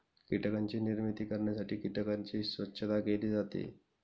कीटकांची निर्मिती करण्यासाठी कीटकांची स्वच्छता केली जाते